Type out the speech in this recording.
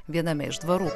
viename iš dvarų